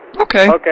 Okay